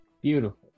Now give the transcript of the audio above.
Beautiful